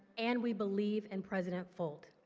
and we believe in president folt.